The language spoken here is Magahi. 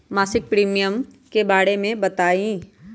मासिक प्रीमियम के बारे मे बताई?